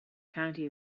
county